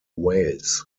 wales